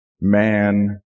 man